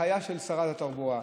בהנחיה של שרת התחבורה,